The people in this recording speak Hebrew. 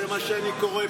זה מה שאני קורא פה.